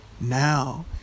now